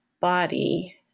body